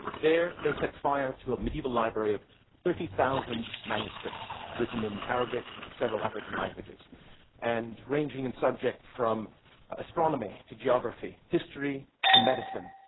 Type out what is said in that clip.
there, they set fire to a medieval library of thirty thousand manuscripts written in arabic and several african languages and ranging in subject from astronomy to geography, history to medicine,